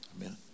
amen